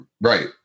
Right